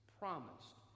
promised